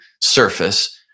surface